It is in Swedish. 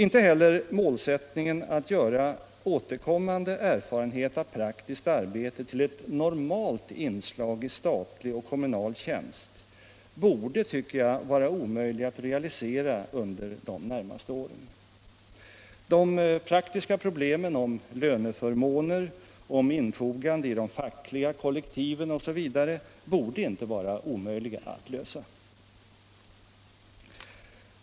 Inte heller målsättningen att göra återkommande erfarenhet av praktiskt arbete till ett normalt inslag i statlig och kommunal tjänst borde, tycker jag, vara omöjlig att realisera under de närmaste åren. De praktiska problemen om löneförmåner, om infogande i de fackliga kollektiven osv. borde inte vara omöjliga att lösa.